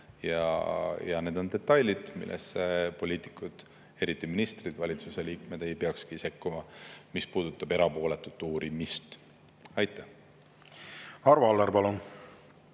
– need on detailid, millesse poliitikud, eriti ministrid, valitsuse liikmed, ei peakski sekkuma, ja see puudutab erapooletut uurimist. Aitäh! Ma olen